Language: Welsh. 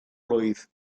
blwydd